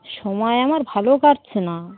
সময় আমার ভালো কাটছে না